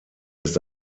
ist